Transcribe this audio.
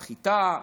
החיטה,